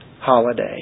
holiday